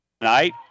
night